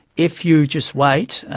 if you just wait,